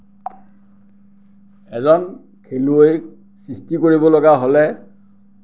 এজন খেলুৱৈ সৃষ্টি কৰিবলগীয়া হ'লে